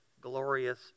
glorious